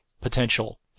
potential